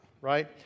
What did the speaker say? right